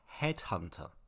Headhunter